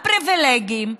הפריבילגיים,